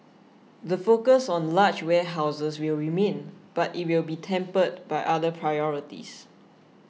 the focus on large warehouses will remain but it will be tempered by other priorities